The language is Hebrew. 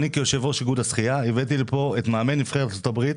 אני כיושב-ראש איגוד השחייה הבאתי לפה את מאמן נבחרת ארצות הברית